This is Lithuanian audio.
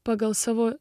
pagal savo